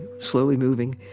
slowly moving.